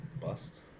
bust